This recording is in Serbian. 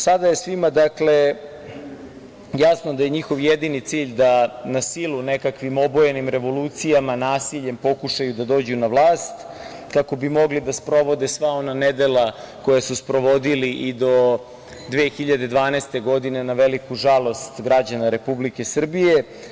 Sada je svima jasno da je njihov jedini cilj da na silu nekakvim obojenim revolucijama, nasiljem pokušaju da dođu na vlast kako bi mogli da sprovode sva ona nedela koja su sprovodili i do 2012. godine, na veliku žalost građana Republike Srbije.